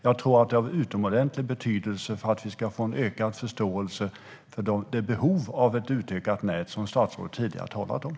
Jag tror att det är av utomordentlig betydelse för att vi ska få ökad förståelse för det behov av ett utökat nät som statsrådet tidigare talat om.